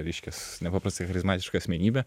reiškias nepaprastai charizmatiška asmenybė